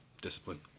discipline